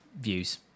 views